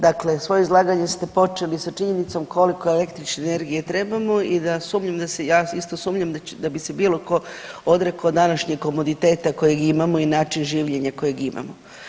Dakle, svoje izlaganje ste počeli sa činjenicom koliko električne energije trebamo i da sumnjam da se ja, isto sumnjam da bi se bilo tko odrekao današnjeg komoditeta kojeg imamo i način življenja kojeg imamo.